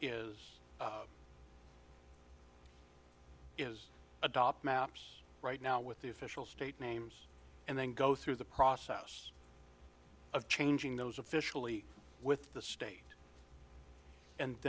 is is adopt maps right now with the official state names and then go through the process of changing those officially with the state and